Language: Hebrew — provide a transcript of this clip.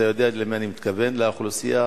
אתה יודע למי אני מתכוון, לאוכלוסייה